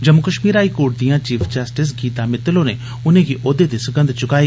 Jammu Kashmir high court दिआं chief justice Gita Mittal होरें उनेंगी ओहदे दी सगंध चुकाई